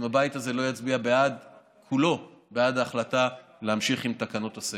יצביע בעד ההחלטה להמשיך עם תקנות הסגר.